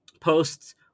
posts